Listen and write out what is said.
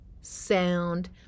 sound